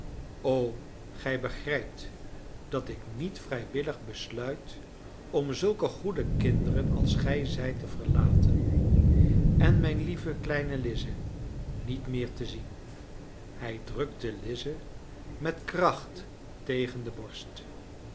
o gij begrijpt dat ik niet vrijwillig besluit om zulke goede kinderen als gij zijt te verlaten en mijn lieve kleine lize niet meer te zien hij drukte lize met kracht tegen de borst